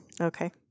Okay